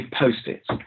Post-its